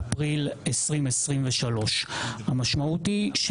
2.4.2023. המשמעות היא,